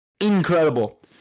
incredible